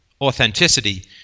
authenticity